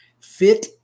fit